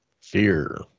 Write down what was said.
fear